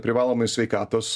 privalomąjį sveikatos